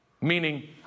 Meaning